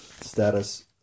status